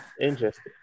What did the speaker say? Interesting